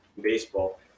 baseball